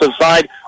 side